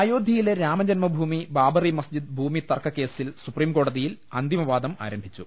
അയോധ്യയിലെ രാമജന്മ ഭൂമി ബാബറി മസ്ജിദ് ഭൂമി തർക്ക കേസിൽ സുപ്രീംകോടതിയിൽ അന്തിമവാദം ആരംഭിച്ചു